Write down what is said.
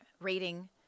rating